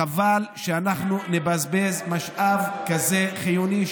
חבל שאנחנו נבזבז משאב כזה חיוני,